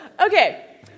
Okay